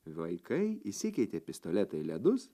vaikai išsikeitė pistoletą į ledus